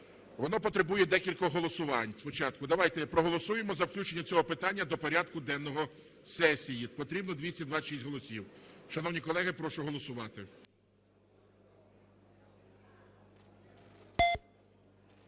Воно потребує декількох голосувань. Спочатку давайте проголосуємо за включення цього питання до порядку денного сесії, потрібно 226 голосів. Шановні колеги, прошу голосувати.